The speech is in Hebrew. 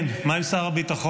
כן, מה עם שר הביטחון?